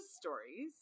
stories